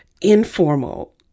informal